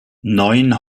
neun